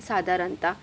साधारणतः